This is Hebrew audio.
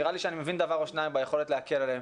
נראה לי שאני מבין דבר או שניים ביכולת להקל עליהם.